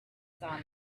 saw